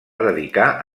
dedicar